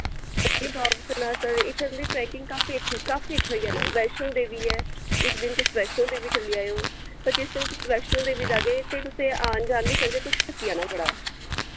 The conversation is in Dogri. पत्नीटाप सन्नासर इत्थै तुं'दी ट्रैकिंग काफी अच्छी काफी अच्छी होई जाना वैश्णो देवी ऐ इक दिन तुस वैश्णो देवी चली जाओ ते जिस दिन तुस वैश्णो देवी जाह्गे ते तुसें आन जान बी करगे तुस थक्की जाना बड़ा